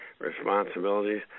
responsibilities